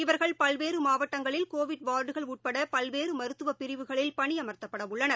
இவர்கள் பல்வேறமாவட்டங்களில் கோவிட் வார்டுகள் உட்படபல்வேறமருத்துவபிரிவுகளில் பணியமர்த்தப்படவுள்ளனர்